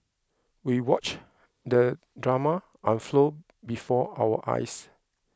we watched the drama unfold before our eyes